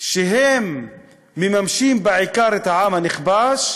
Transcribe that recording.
שהם מממשים בעיקר את העם הנכבש,